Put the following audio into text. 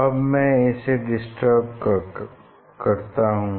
अब मैं इसे डिस्टर्ब करता हूँ